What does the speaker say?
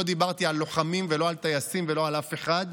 לא דיברתי על לוחמים ולא על טייסים ולא על אף אחד.